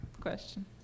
question